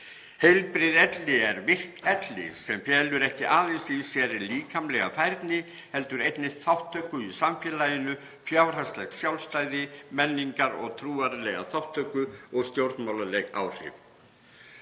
,,Heilbrigð elli er virk elli sem felur ekki aðeins í sér líkamlega færni heldur einnig þátttöku í samfélaginu, fjárhagslegt sjálfstæði, menningar- og trúarlega þátttöku og stjórnmálaleg áhrif“.